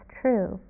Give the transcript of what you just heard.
true